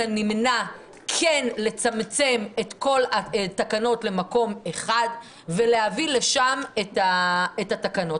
הנמנע לצמצם לצמצם את כל את תקנות למקום אחד ולהביא לשם את התקנות.